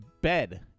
bed